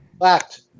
Fact